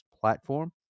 platform